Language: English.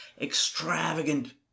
extravagant